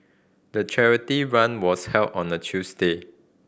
the charity run was held on a Tuesday